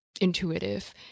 intuitive